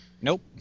Nope